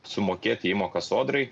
sumokėti įmokas sodrai